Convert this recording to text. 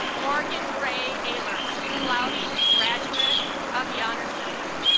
morgan ray ahlers cum laude yeah graduate of the honors program